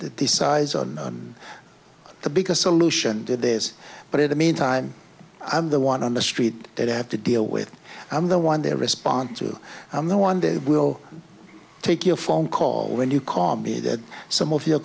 decides on the bigger solution did this but in the meantime i'm the one on the street that have to deal with i'm the one they respond to i'm the one they will take your phone call when you call me that some of your